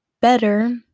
better